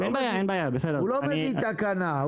הוא לא מביא תקנה,